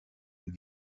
deux